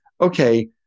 okay